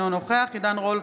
אינו נוכח עידן רול,